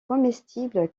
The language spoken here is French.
comestible